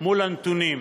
מול הנתונים.